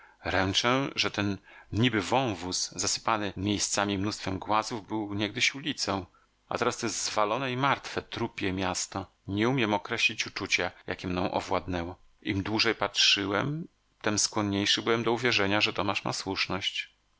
ręczę że ten niby wąwóz zasypany miejscami mnóstwem głazów był niegdyś ulicą teraz to jest zwalone i martwe trupie miasto nie umiem określić uczucia jakie mną owładnęło im dłużej patrzyłem tem skłonniejszy byłem do uwierzenia że tomasz ma słuszność